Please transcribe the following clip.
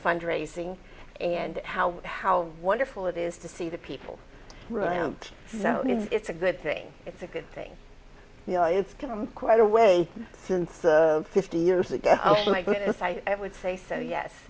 fundraising and how how wonderful it is to see that people really don't know it's a good thing it's a good thing you know it's come quite a way since fifty years ago oh my goodness i would say so yes